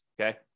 Okay